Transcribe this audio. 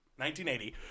1980